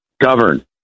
govern